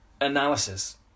analysis